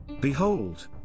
Behold